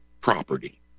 property